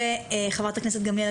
חברת הכנסת גמליאל,